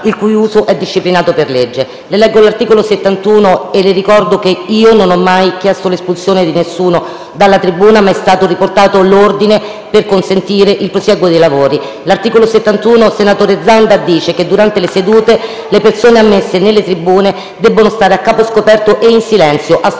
il cui uso è disciplinato per legge. Le leggo l'articolo 71 del Regolamento e le ricordo che io non ho mai chiesto l'espulsione di nessuno dalla tribuna, ma è stato riportato l'ordine per consentire il prosieguo dei lavori. L'articolo 71, senatore Zanda, recita: «Durante le sedute, le persone ammesse nelle tribune devono stare a capo scoperto e in silenzio, astenendosi